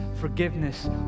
forgiveness